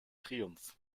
triumph